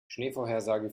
schneevorhersage